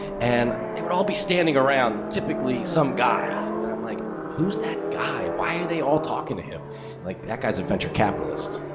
and they would all be standing around typically some guy and i'm like, who's that guy? why are they all talking to him and like that guy's a venture capitalists.